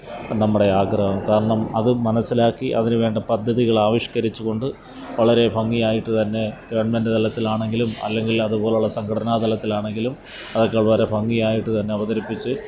നമ്മുടെ ആഗ്രഹം കാരണം അത് മനസിലാക്കി അവർ വേണ്ട പദ്ധതികൾ ആവിഷ്ക്കരിച്ച് കൊണ്ട് വളരെ ഭംഗിയായിട്ട് തന്നെ ഗവണ്മെന്റ് തലത്തിലാണെങ്കിലും അല്ലെങ്കിൽ അതുപോലുള്ള സംഘടനാ തലത്തിലാണെങ്കിലും അതൊക്കെ വളരെ ഭംഗിയായിട്ട് തന്നെ അവതരിപ്പിച്ച്